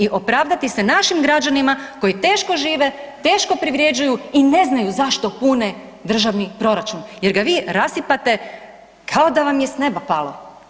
I opravdati se našim građanima koji teško žive, teško privređuju i ne znaju zašto pune državni proračun jer ga vi rasipate kao da vam je s neba palo.